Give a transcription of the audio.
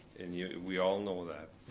and yeah we all know that.